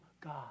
God